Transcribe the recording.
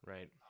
Right